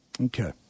Okay